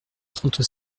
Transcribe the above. trente